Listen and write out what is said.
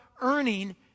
earning